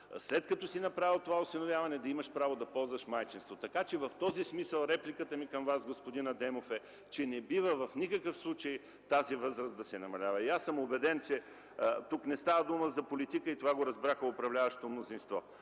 след като си направил това осиновяване, да имаш право да ползваш майчинство. В този смисъл репликата ми към Вас, господин Адемов, е, че не бива в никакъв случай тази възраст да се намалява. Аз съм убеден, че тук не става дума за политика, и това го разбраха от управляващото мнозинство,